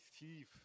thief